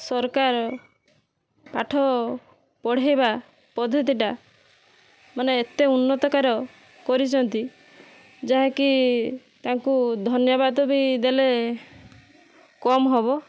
ସରକାର ପାଠ ପଢ଼େଇବା ପଦ୍ଧତିଟା ମାନେ ଏତେ ଉନ୍ନତକାର କରିଛନ୍ତି ଯାହାକି ତାଙ୍କୁ ଧନ୍ୟବାଦ ବି ଦେଲେ କମ ହବ